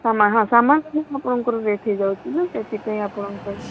ସମାନ ହଁ ସମାନ ଆପଣଙ୍କର ରେଟ୍ ହୋଇଯାଉଛି ନା ସେଥିପାଇଁ ଆପଣଙ୍କର